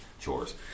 chores